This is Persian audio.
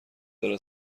داره